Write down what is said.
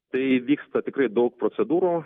tai vyksta tikrai daug procedūrų